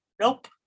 Nope